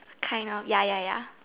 kind of ya ya ya